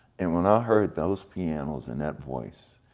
and when i heard those pianos and that voice,